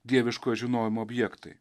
dieviško žinojimo objektai